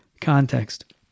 context